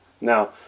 Now